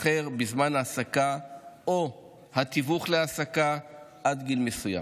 אחר בזמן ההעסקה או התיווך להעסקה עד גיל מסוים.